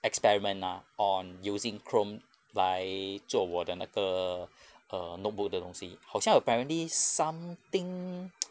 experiment ah on using chrome 来做我的那个 err notebook 的东西好像 apparently something